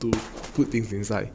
to put things inside